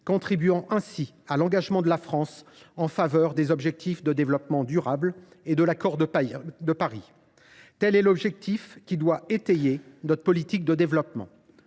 contribuant ainsi à l’engagement de la France en faveur du développement durable et du respect de l’accord de Paris. Tel est l’objectif qui doit étayer notre politique de développement.